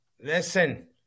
Listen